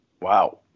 Wow